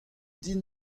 din